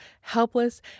helpless